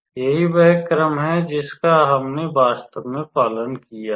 यही वह क्रम है जिसका हमने वास्तव में पालन किया है